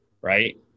right